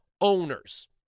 owners